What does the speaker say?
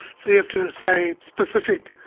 so you have to say specific